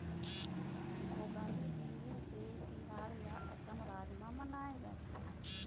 भोगाली बिहू के तिहार ल असम राज म मनाए जाथे